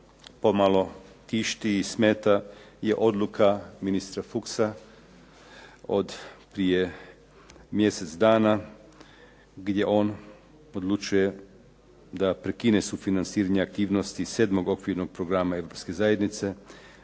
pomalo tišti i smeta, je odluka ministra Fuchsa od prije mjesec dana, gdje on odlučuje da prekine sufinanciranje aktivnosti 7. Okvirnog programa Europske zajednice.